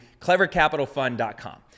CleverCapitalFund.com